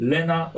Lena